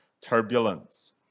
turbulence